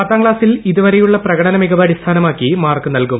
പത്താംക്ലാസിൽ ഇതുവരെയുള്ള പ്രകടനമികവ് അടിസ്ഥാനമാക്കി മാർക്ക് നൽകും